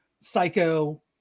psycho